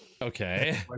Okay